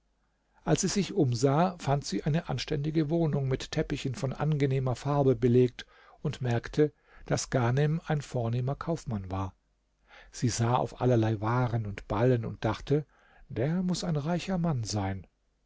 als sie sich umsah fand sie eine anständige wohnung mit teppichen von angenehmer farbe belegt und merkte daß ghanem ein vornehmer kaufmann war sie sah auf allerlei waren und ballen und dachte der muß ein reicher mann sein